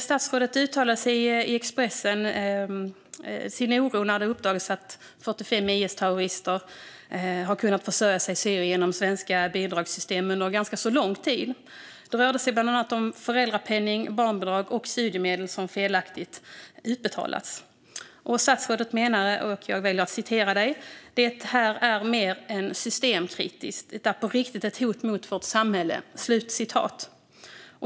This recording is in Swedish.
Statsrådet uttalade i Expressen sin oro när det uppdagats att 45 IS-terrorister kunnat försörja sig i Syrien genom svenska bidragssystem under ganska lång tid. Det rörde sig bland annat om föräldrapenning, barnbidrag och studiemedel som utbetalats felaktigt. Statsrådet yttrade: "Det här är mer än systemkritiskt, det är på riktigt ett hot mot vårt samhälle."